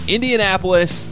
Indianapolis